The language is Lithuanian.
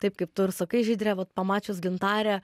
taip kaip tu ir sakai žydre vat pamačius gintarę